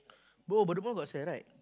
bro but the mall got sell right